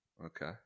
Okay